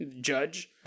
Judge